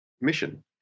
mission